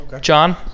John